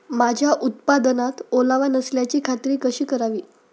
माझ्या उत्पादनात ओलावा नसल्याची खात्री कशी करावी?